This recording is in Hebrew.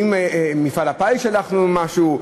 אם מפעל הפיס שלח משהו,